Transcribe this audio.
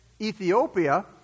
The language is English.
Ethiopia